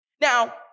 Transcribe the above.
Now